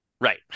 Right